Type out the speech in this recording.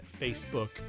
facebook